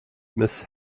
miss